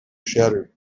shattered